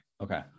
okay